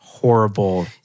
horrible